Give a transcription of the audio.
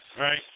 right